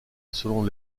selon